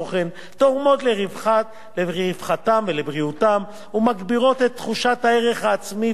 תורמות לרווחתם ובריאותם ומגבירות את תחושת הערך העצמי והשייכות.